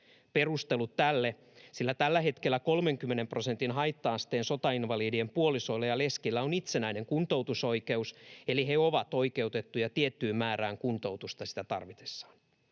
Perustelut tälle: Tällä hetkellä 30 prosentin haitta-asteen sotainvalidien puolisoilla ja leskillä on itsenäinen kuntoutusoikeus, eli he ovat oikeutettuja tiettyyn määrään kuntoutusta sitä tarvitessaan.